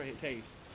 taste